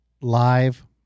live